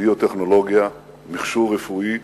ביו-טכנולוגיה, מכשור רפואי.